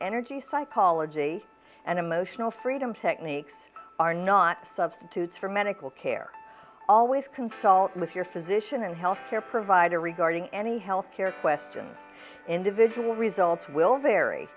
energy psychology and emotional freedom techniques are not substitutes for medical care always consult with your physician and healthcare provider regarding any health care question individual results will vary